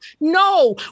No